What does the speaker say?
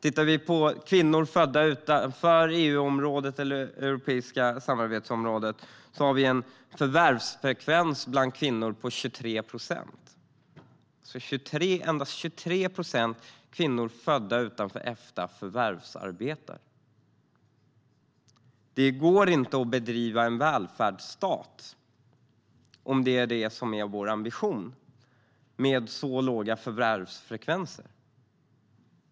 I Sverige har kvinnor födda utanför det europeiska samarbetsområdet en förvärvsfrekvens på 23 procent. Endast 23 procent av kvinnorna födda utanför Efta förvärvsarbetar alltså. Det går inte att bedriva en välfärdsstat, om det är vår ambition, med så låga förvärvsfrekvenser.